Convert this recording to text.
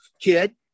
kid